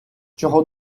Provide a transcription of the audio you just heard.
чого